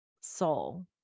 soul